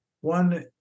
One